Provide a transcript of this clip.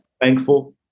thankful